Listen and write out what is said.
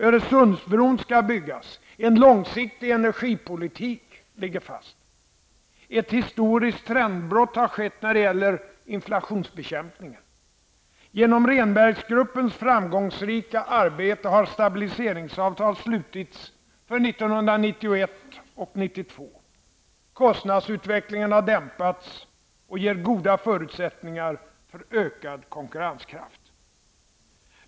Öresundsbron skall byggas. En långsiktig energipolitik ligger fast. Ett historiskt trendbrott har skett när det gäller inflationsbekämpningen. Genom Rehnberggruppens framgångsrika arbete har stabiliseringsavtal slutits för 1991 och 1992. Kostnadsutvecklingen har dämpats och ger goda förutsättningar för ökad konkurrenskraft.